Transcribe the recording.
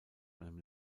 einem